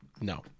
no